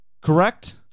Correct